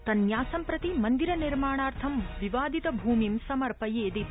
तन्न्यासं प्रति मन्दिर निर्माणार्थं विवादित भूमि समर्पयेदिति